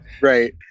Right